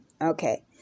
Okay